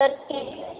तर के जी